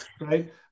right